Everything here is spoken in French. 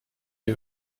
les